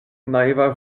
naiva